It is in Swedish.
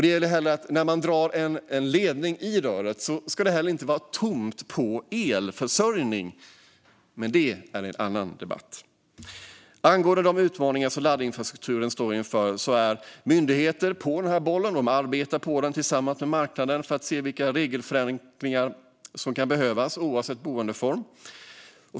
Det gäller också att när man drar en ledning i röret ska det inte vara tomt på elförsörjning, men det är en annan debatt. Angående de utmaningar som laddinfrastrukturen står inför är myndigheterna på den bollen och arbetar tillsammans med marknaden för att se vilka regelförändringar som kan behövas, oavsett boendeform.